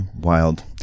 Wild